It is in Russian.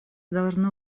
должно